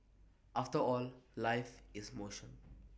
after all life is motion